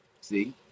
See